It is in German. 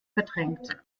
verdrängt